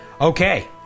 Okay